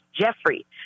Jeffrey